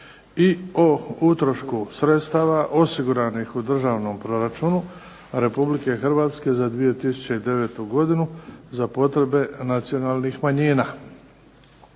i o utrošku sredstava osiguranih u Državnom proračunu Republike Hrvatske za 2009. godinu za potrebe nacionalnih manjina.